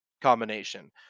combination